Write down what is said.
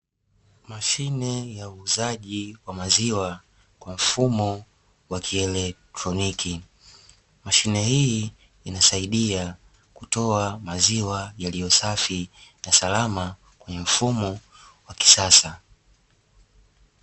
Mashine ya uuzaji wa maziwa kwa mfumo wa kielekroniki, mashine hii inasaidia kutoa maziwa yaliyo safi na salama kwenye mfumo wa kisasa.